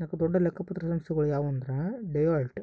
ನಾಕು ದೊಡ್ಡ ಲೆಕ್ಕ ಪತ್ರ ಸಂಸ್ಥೆಗುಳು ಯಾವಂದ್ರ ಡೆಲೋಯ್ಟ್,